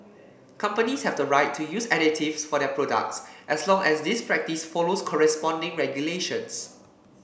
companies have the right to use additives for their products as long as this practice follows corresponding regulations